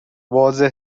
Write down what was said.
واضح